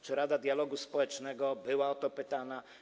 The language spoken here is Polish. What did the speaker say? Czy Rada Dialogu Społecznego była o to pytana?